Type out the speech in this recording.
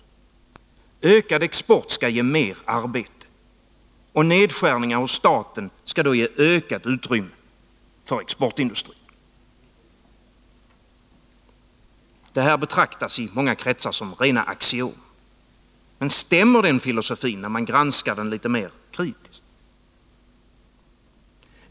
Ökad export skall ge mer arbete. Nedskärningar hos staten skall ge ökat utrymme för exportindustrin. Detta betraktas i många kretsar som rena axiom. Men stämmer den filosofin när man granskar den litet mer kritiskt?